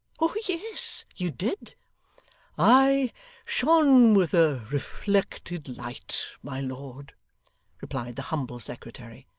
oh yes! you did i shone with a reflected light, my lord replied the humble secretary,